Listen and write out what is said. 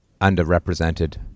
underrepresented